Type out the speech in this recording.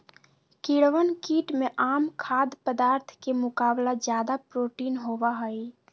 कीड़वन कीट में आम खाद्य पदार्थ के मुकाबला ज्यादा प्रोटीन होबा हई